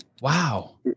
Wow